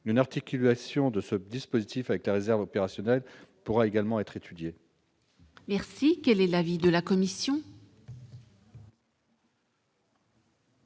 Une articulation de ce dispositif avec la réserve opérationnelle pourrait également être étudiée. Quel est l'avis de la commission ?